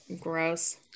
Gross